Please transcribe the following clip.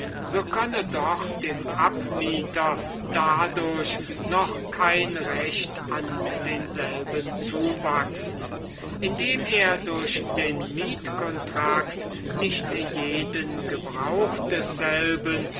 so könne doch dem abmieter dadurch noch kein recht an denselben zuwachsen indem er durch den mietcontract nicht jeden gebrauch desselben